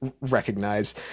recognize